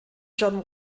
john